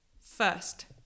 First